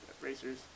racers